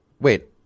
wait